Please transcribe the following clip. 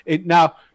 now